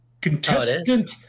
contestant